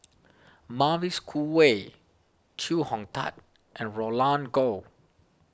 Mavis Khoo Oei Chee Hong Tat and Roland Goh